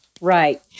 Right